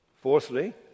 Fourthly